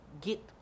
Get